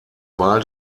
wahl